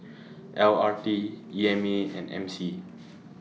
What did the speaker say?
L R T E M A and M C